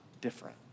different